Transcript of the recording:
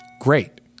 Great